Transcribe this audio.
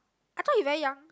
I thought he very young